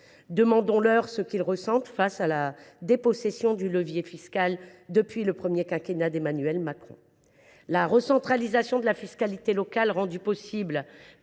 Demandons aux maires ce qu’ils ressentent face à la dépossession du levier fiscal, depuis le premier quinquennat d’Emmanuel Macron. La recentralisation de la fiscalité locale, rendue possible